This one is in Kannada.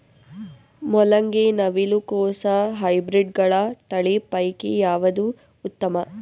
ಮೊಲಂಗಿ, ನವಿಲು ಕೊಸ ಹೈಬ್ರಿಡ್ಗಳ ತಳಿ ಪೈಕಿ ಯಾವದು ಉತ್ತಮ?